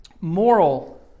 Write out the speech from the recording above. moral